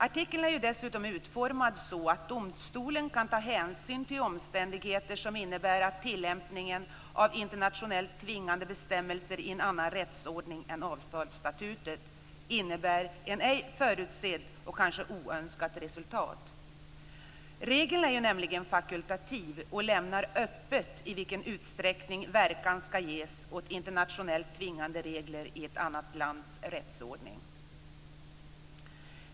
Artikeln är dessutom utformad så att domstolen kan ta hänsyn till omständigheter som innebär att tillämpningen av internationellt tvingande bestämmelser i annan rättsordning än avtalsstatutet ger ett ej förutsett och kanske oönskat resultat. Regeln är nämligen fakultativ och lämnar öppet i vilken utsträckning verkan skall ges åt internationellt tvingande regler i ett annat lands rättsordning.